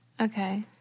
Okay